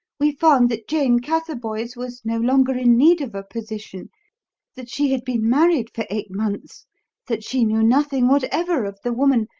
we found that jane catherboys was no longer in need of a position that she had been married for eight months that she knew nothing whatever of the woman,